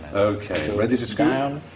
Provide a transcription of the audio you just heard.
ok. ready to scoop. down,